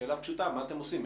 שאלה פשוטה, מה אתם עושים?